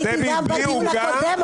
הייתי גם בדיון הקודם,